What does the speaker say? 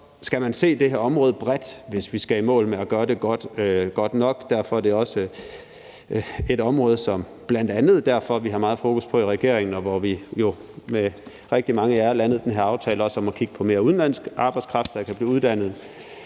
skal man se det her område bredt, hvis vi skal i mål med at gøre det godt nok, og det er også et område, som vi bl.a. derfor har meget fokus på i regeringen, hvor vi jo med rigtig mange af jer har landet den her aftale om at kigge på mere udenlandsk arbejdskraft. Det at styrke